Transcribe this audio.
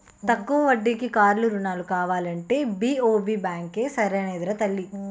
తక్కువ వడ్డీకి కారు రుణాలు కావాలంటే బి.ఓ.బి బాంకే సరైనదిరా తల్లీ